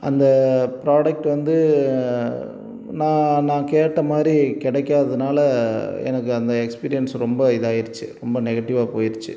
அந்த ப்ராடெக்ட் வந்து நான் நான் கேட்ட மாதிரி கிடைக்காததுனால எனக்கு அந்த எக்ஸ்பீரியன்ஸ் ரொம்ப இதாகிருச்சு ரொம்ப நெகட்டிவாக போயிடுச்சு